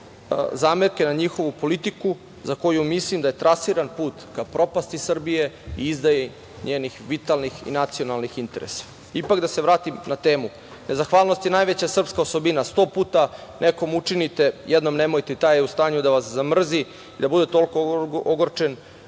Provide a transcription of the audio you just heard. zamerke na njihovu politiku za koju mislim da je trasiran put ka propasti Srbije i izdaji njenih vitalnih i nacionalnih interesa. Ipak, da se vratim na temu, nezahvalnost je najveća srpska osobina, 100 puta nekom učinite, jednom nemojte, taj je u stanju da vas zamrzi, da bude toliko ogorčen